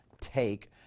take